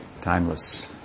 timeless